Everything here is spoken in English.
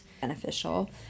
beneficial